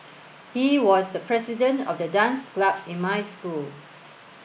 he was the president of the dance club in my school